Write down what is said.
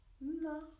No